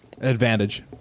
Advantage